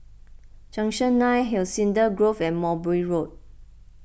Junction nine Hacienda Grove and Mowbray Road